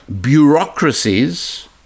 bureaucracies